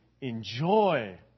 enjoy